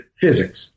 physics